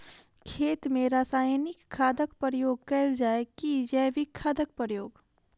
खेत मे रासायनिक खादक प्रयोग कैल जाय की जैविक खादक प्रयोग?